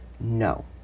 no